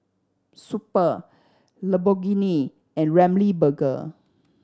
Super Lamborghini and Ramly Burger